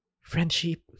Friendship